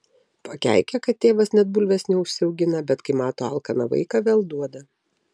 pakeikia kad tėvas net bulvės neužsiaugina bet kai mato alkaną vaiką vėl duoda